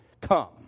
come